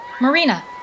Marina